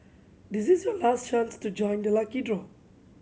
this is your last chance to join the lucky draw